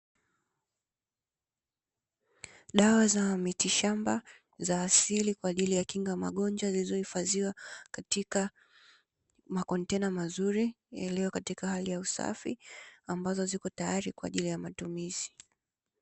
Dawa za mitishamba za asili kwa ajili ya kinga ya magonjwa, zilizohifadhiwa katika makontena mazuri. Yaliyo katika hali ya usafi, ambazo ziko tayari kwa ajili ya matumizi.